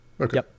Okay